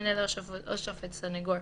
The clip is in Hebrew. ימנה לו השופט סניגור,